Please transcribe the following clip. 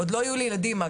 עוד לא היו לי אז ילדים.